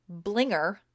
Blinger